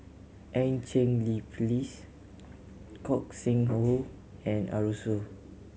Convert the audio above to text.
Eu Cheng Li Phyllis Gog Sing Hooi and Arasu